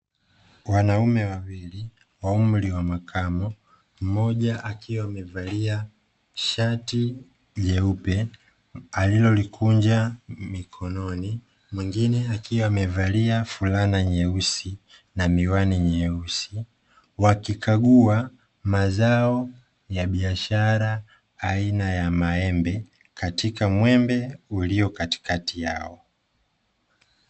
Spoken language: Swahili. Wanaume wawili wa umri wa makamo mmoja akiwa amevalia shati jeupe alilolikunja mikononi, mwingine akiwa amevalia fulana nyeusi na miwani myeusi, wakikagua mazao ya biashara aina ya Maembe katika muembe ulio katikati yao.